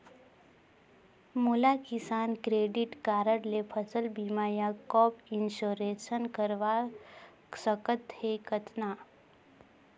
मोला किसान credit card ले फसल बीमा या क्रॉप इंश्योरेंस करवा सकथ हे कतना?